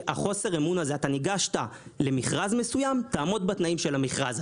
ניגשת למכרז מסוים, תעמוד בתנאי המכרז.